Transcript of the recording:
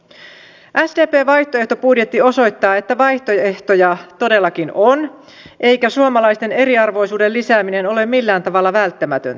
sdpn vaihtoehtobudjetti osoittaa että vaihtoehtoja todellakin on eikä suomalaisten eriarvoisuuden lisääminen ole millään tavalla välttämätöntä